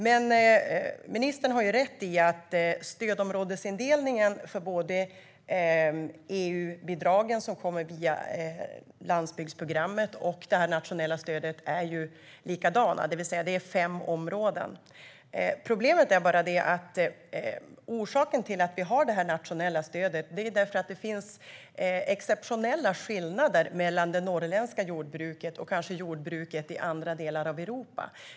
Men ministern har rätt i att stödområdesindelningen är likadan för EU-bidragen via landsbygdsprogrammet som för det nationella stödet, det vill säga att det är fem områden. Problemet är bara att orsaken till att vi har det nationella stödet är att det finns exceptionella skillnader mellan det norrländska jordbruket och jordbruket i andra delar av Europa.